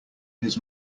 his